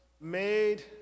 made